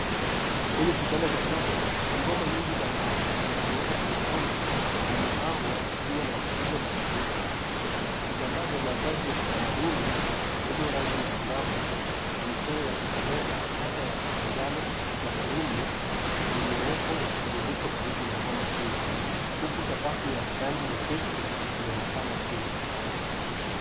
Kwa hiki kibanda cha soko, ngoma nyingi za mbao zilizotengenezwa kwa mikono, zimepangwa zikiwa na ukubwa tofauti. Vitambaa vya mavazi ya kitamaduni, vyenye rangi ya angavu na michoro ya kupendeza hasa ya manjano na krimu zimewekwa na kuzungushwa karibu na ngoma hizo huku sakafu ya rangi nyepesi, inaonekana chini.